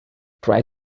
try